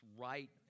right